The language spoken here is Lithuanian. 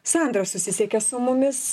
sandra susisiekė su mumis